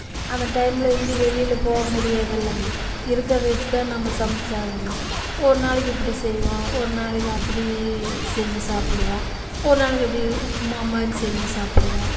அந்த டைமில் எங்கேயும் வெளியில் போக முடியுறதில்லங்க இருக்கிறத வெச்சு தான் நம்ம சமைச்சாகணும் ஒரு நாளைக்கு இப்படி செய்வோம் ஒரு நாளைக்கு அப்படி செஞ்சு சாப்பிடுவோம் ஒரு நாளைக்கு அப்படி உப்புமா மாதிரி செஞ்சு சாப்பிடுவோம்